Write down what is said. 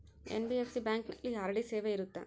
NBFC ಬ್ಯಾಂಕಿನಲ್ಲಿ RD ಸೇವೆ ಇರುತ್ತಾ?